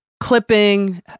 Clipping